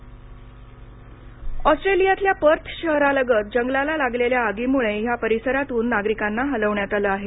Australia आग ऑस्ट्रेलियातल्या Perth शहरालगत जंगलाला लागलेल्या आगीमुळे ह्या परिसरातून नागरिकांना हलवण्यात आलं आहे